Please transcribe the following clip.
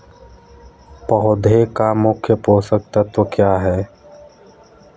पौधे का मुख्य पोषक तत्व क्या हैं?